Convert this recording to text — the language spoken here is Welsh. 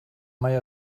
mae